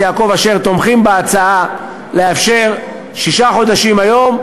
יעקב אשר תומכים בהצעה לאפשר שישה חודשים היום,